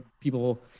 people